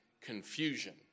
confusion